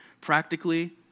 practically